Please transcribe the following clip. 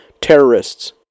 terrorists